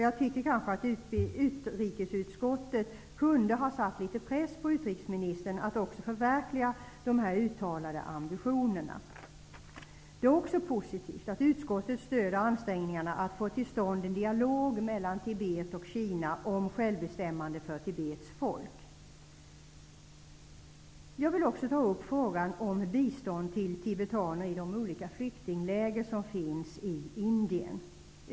Jag tycker att utrikesutskottet kunde ha satt litet press på utrikesministern att förverkliga de uttalade ambitionerna. Det är också positivt att utskottet stöder ansträngningarna att få till stånd en dialog mellan Jag vill också ta upp frågan om bistånd till tibetaner i de olika flyktingläger som finns i Indien.